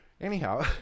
Anyhow